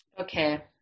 okay